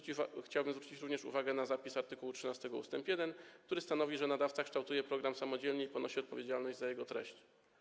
Chciałbym zwrócić uwagę również na zapis art. 13 ust. 1, który stanowi, że nadawca kształtuje program samodzielnie i ponosi odpowiedzialność za jego treść.